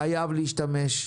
בנושא: